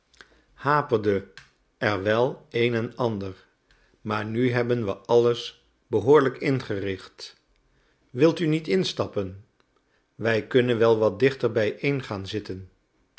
haperde er wel een en ander maar nu hebben we alles behoorlijk ingericht wil u niet instappen wij kunnen wel wat dichter bijeen gaan zitten